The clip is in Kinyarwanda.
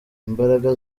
imbaraga